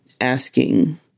asking